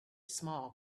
small